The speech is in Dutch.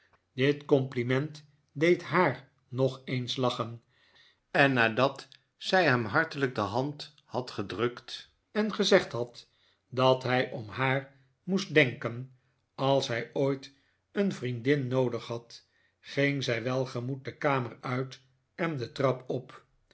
dit compliment deed haar nog eens lachen en nadat zij hem hartelijk de hand had gedrukt en gezegd had dat hij om haar moest denken als hij ooit een vriendin noodig had ging zij welgemoed de kamer uit en de trap op